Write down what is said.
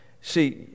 See